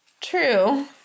true